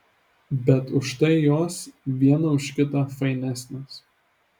bet už tai jos viena už kitą fainesnės